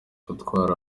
gutwara